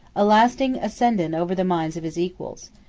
a lasting ascendant over the minds of his equals.